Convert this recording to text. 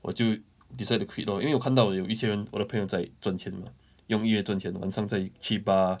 我就 decide to quit lor 因为我看到有一些人我的朋友在赚钱 mah 用音乐赚钱晚上在去 bar